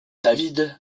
david